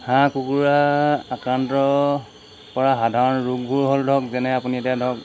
হাঁহ কুকুৰা আক্ৰান্ত কৰা সাধাৰণ ৰোগবোৰ হ'ল ধৰক যেনে আপুনি এতিয়া ধৰক